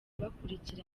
bakurikira